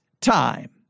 time